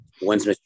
when's